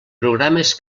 programes